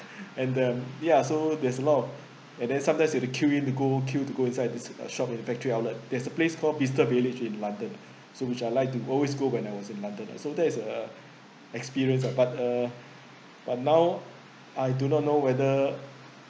and then ya so there's a lot of and then sometimes you have to queue in to go queue to go inside this uh shop in the factory outlet there's a place called bicester village in london so which I like to always go when I was in london ah so that it's a experience uh but uh but now I do not know whether